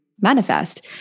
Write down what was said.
manifest